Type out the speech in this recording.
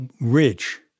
rich